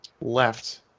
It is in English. left